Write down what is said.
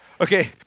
Okay